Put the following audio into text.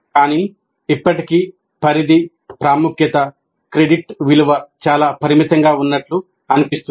కానీ ఇప్పటికీ పరిధి ప్రాముఖ్యత క్రెడిట్ విలువ చాలా పరిమితంగా ఉన్నట్లు అనిపిస్తుంది